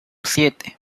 siete